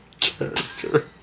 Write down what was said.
character